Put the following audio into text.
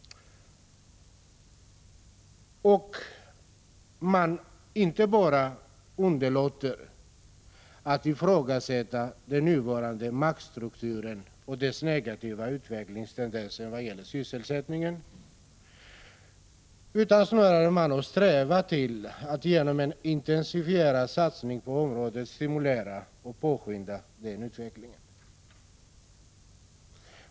Man inte bara underlåter att ifrågasätta den nuvarande maktstrukturen och dess negativa utvecklingstendenser i vad gäller sysselsättningen, utan man strävar snarast till att genom en intensifierad satsning på området stimulera och påskynda den utvecklingen.